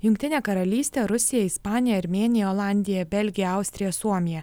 jungtinė karalystė rusija ispanija armėnija olandija belgija austrija suomija